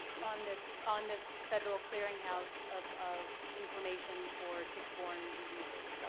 on this on this federal clearinghouse of of information for tick-borne diseases.